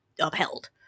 upheld